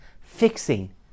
fixing